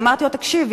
ואמרתי לו: תקשיב,